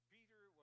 Peter